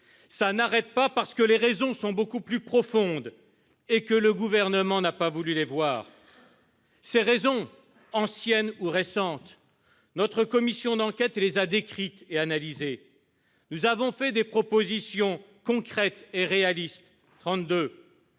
ne s'arrête pas parce que les raisons de cette situation sont beaucoup plus profondes et que le Gouvernement n'a pas voulu les voir. Ces raisons, anciennes ou récentes, notre commission d'enquête les a décrites et analysées. Nous avons fait trente-deux propositions concrètes et réalistes